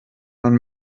man